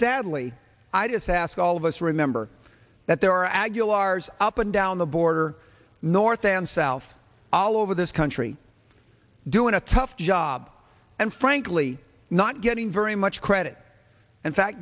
sadly ideas ask all of us remember that there are aguilar's up and down the border north and south all over this country doing a tough job and frankly not getting very much credit and fact